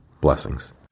Blessings